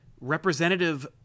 representative